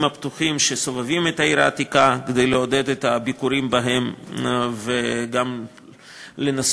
הפתוחים שסובבים את העיר העתיקה כדי לעודד את הביקורים בהם וגם לנסות